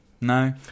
No